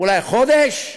אולי חודש,